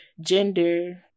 gender